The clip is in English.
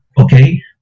Okay